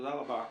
תודה רבה.